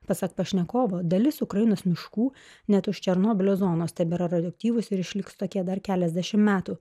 pasak pašnekovo dalis ukrainos miškų net už černobylio zonos tebėra radioaktyvūs ir išliks tokie dar keliasdešimt metų